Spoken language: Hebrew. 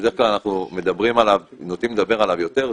שבדרך כלל אנחנו נוטים לדבר עליו יותר,